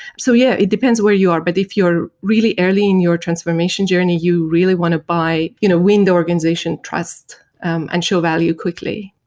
so yeah, it depends where you are, but if you're really early in your transformation journey, you really want to buy, you know win the organization trust and show value quickly.